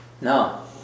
No